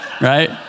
Right